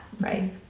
right